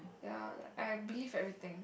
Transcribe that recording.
ya like I believe everything